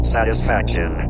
Satisfaction